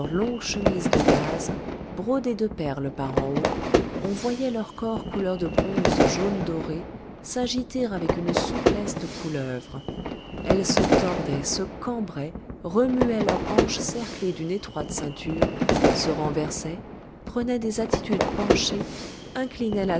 chemise de gaze brodée de perles par en haut on voyait leurs corps couleur de bronze jaune doré s'agiter avec une souplesse de couleuvre elles se tordaient se cambraient remuaient leurs hanches cerclées d'une étroite ceinture se renversaient prenaient des attitudes penchées inclinaient